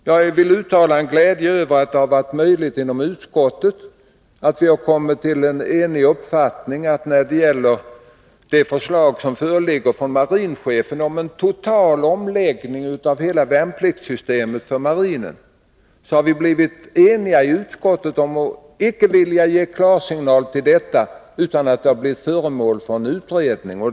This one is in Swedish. Jag vill uttala min glädje över att det inom utskottet, när det gäller det förslag som föreligger från marinchefen om en total omläggning av hela värnpliktssystemet för marinen, varit möjligt att enas om att icke ge klarsignal till förslaget utan göra det till föremål för en utredning.